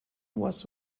was